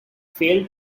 fail